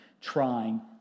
trying